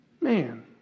Man